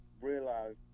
realize